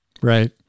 Right